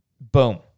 Boom